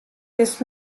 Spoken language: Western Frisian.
kinst